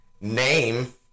Name